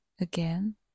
again